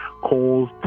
calls